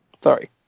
Sorry